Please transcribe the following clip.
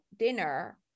dinner